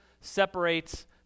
separates